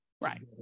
Right